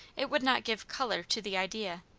it would not give color to the idea.